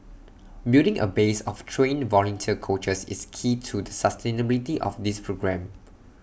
building A base of trained volunteer coaches is key to the sustainability of this programme